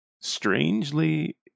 strangely